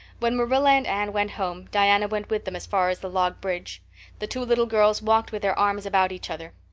when marilla and anne went home diana went with them as far as the log bridge the two little girls walked with their arms about each other.